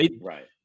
Right